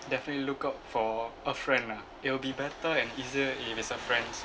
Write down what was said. definitely look out for a friend lah it will be better and easier if it's a friend